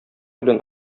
белән